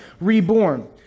reborn